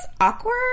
awkward